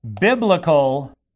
biblical